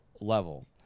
level